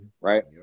Right